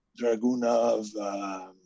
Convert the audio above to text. Dragunov